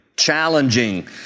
Challenging